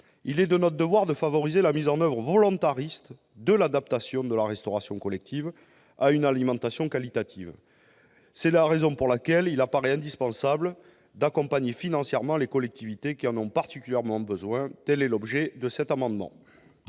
Il est de notre devoir de faciliter la mise en oeuvre volontariste des mesures d'adaptation de la restauration collective à une alimentation qualitative. C'est la raison pour laquelle il paraît indispensable d'accompagner financièrement les collectivités qui en ont particulièrement besoin. Tel est l'objet de cet amendement.